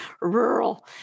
rural